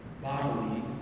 bodily